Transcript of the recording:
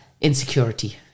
insecurity